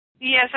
Yes